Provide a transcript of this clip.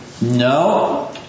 No